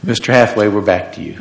mr half way we're back to you